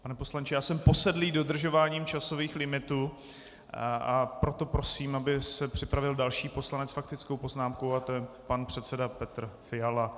Pane poslanče, já jsem posedlý dodržováním časových limitů, proto prosím, aby se připravil další poslanec s faktickou poznámkou a to je pan předseda Petr Fiala.